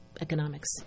economics